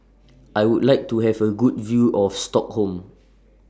I Would like to Have A Good View of Stockholm